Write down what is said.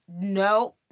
no